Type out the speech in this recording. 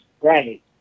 Right